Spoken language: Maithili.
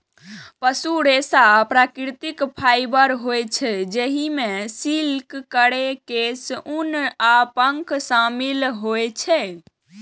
पशु रेशा प्राकृतिक फाइबर होइ छै, जइमे सिल्क, फर, केश, ऊन आ पंख शामिल होइ छै